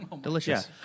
Delicious